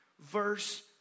verse